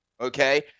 Okay